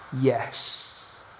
yes